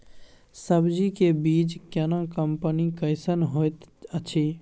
सब्जी के बीज केना कंपनी कैसन होयत अछि?